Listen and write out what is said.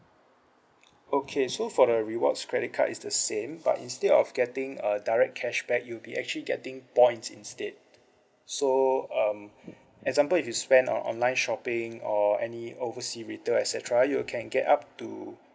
okay so for the rewards credit card is the same but instead of getting a direct cashback you'll be actually getting points instead so um example if you spend on online shopping or any oversea retail et cetera you can get up to